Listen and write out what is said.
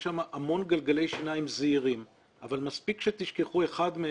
יש שם המון גלגלי שיניים זעירים אבל מספיק שתשכחו אחד מהם,